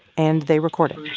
and they record it